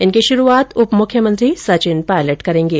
इनकी शुरूआत उपमुख्यमंत्री सचिन पायलट करेंगे